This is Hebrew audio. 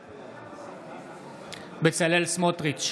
בעד בצלאל סמוטריץ'